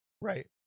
Right